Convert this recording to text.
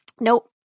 Nope